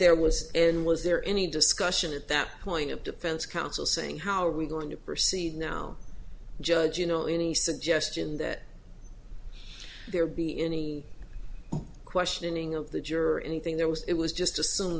there was and was there any discussion at that point of defense counsel saying how are we going to proceed now judge you know any suggestion that there be any questioning of the juror anything there was it was just assume